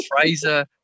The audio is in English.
Fraser